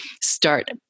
start